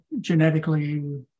genetically